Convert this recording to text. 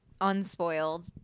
unspoiled